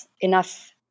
enough